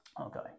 Okay